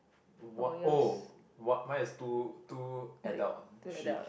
what oh what mine is two two adult sheep